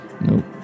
Nope